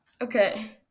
Okay